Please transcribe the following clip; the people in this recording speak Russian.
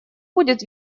будет